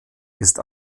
ist